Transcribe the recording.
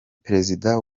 perezida